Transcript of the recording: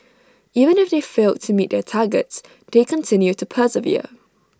even if they failed to meet their targets they continue to persevere